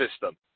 system